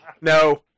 no